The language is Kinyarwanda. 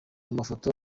amafoto